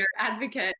advocate